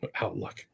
outlook